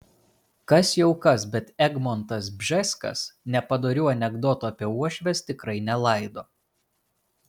kas jau kas bet egmontas bžeskas nepadorių anekdotų apie uošves tikrai nelaido